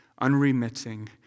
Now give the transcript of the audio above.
unremitting